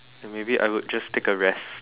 maybe I would just take a rest